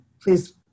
please